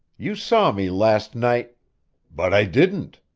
you saw me last night but i didn't!